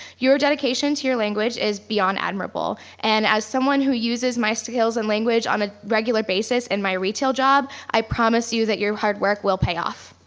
your dedication to your language is beyond admirable, and as someone who uses my skills in language on a regular basis in my retail job, i promise you that your hard work will pay off.